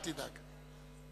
אל תדאג.